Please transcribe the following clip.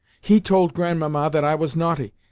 he told grandmamma that i was naughty,